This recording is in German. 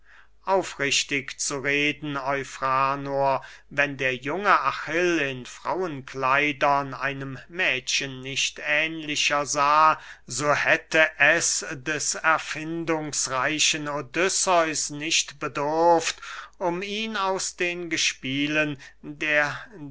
aufrichtig zu reden eufranor wenn der junge achill in frauenkleidern einem mädchen nicht ähnlicher sah so hätte es des erfindungsreichen odysseus nicht bedurft um ihn aus den gespielen der